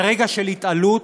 ברגע של התעלות,